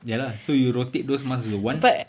ya lah so you rotate those masks also one